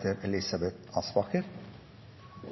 et tema framover, er